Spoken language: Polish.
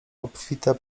obfite